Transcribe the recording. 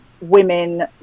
women